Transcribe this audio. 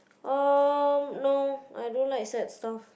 um no I don't like sad stuff